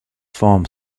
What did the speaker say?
farm